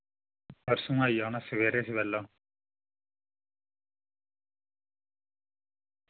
परसों आई जाना सबेरै सबेल्ला